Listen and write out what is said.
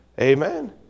Amen